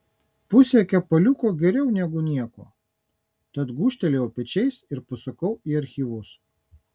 pusė kepaliuko geriau negu nieko tad gūžtelėjau pečiais ir pasukau į archyvus